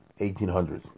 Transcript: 1800s